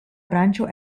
branĉo